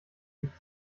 gibt